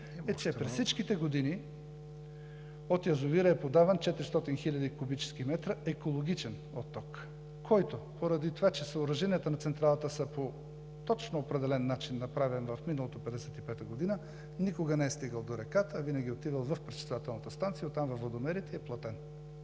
че през всички години от язовира е подаван 400 хил. куб. м екологичен оток, който поради това, че съоръженията на централата са направени по-точно определен начин в миналото – 1955 г., никога не е стигал до реката, а винаги е отивал в пречиствателната станция, а оттам във водомерите и е платен.